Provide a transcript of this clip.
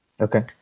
Okay